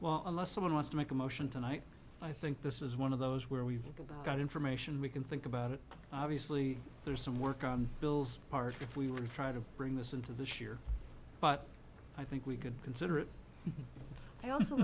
well unless someone wants to make a motion tonight i think this is one of those where we've got information we can think about it obviously there's some work on bill's part if we try to bring this into this year but i think we could consider it